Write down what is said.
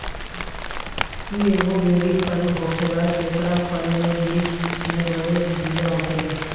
इ एगो बेरी फल होखेला जेकरा फल के बीच में बड़के बिया होखेला